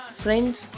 friends